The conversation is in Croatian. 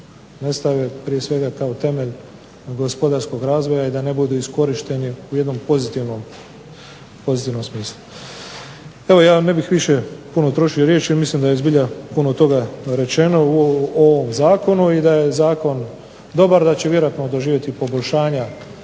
ne stave prije svega kao temelj gospodarskog razvoja i da ne budu iskorišteni u jednom pozitivnom smislu. Evo, ja ne bih više puno trošio riječi, mislim da je zbilja puno toga rečeno u ovom zakonu i da je zakon dobar, da će vjerojatno doživjeti i poboljšanja